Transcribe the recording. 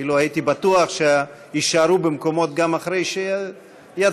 אילו הייתי בטוח שיישארו במקומות גם אחרי שיצביעו,